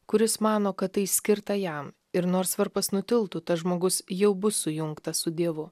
kuris mano kad tai skirta jam ir nors varpas nutiltų tas žmogus jau bus sujungtas su dievu